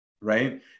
Right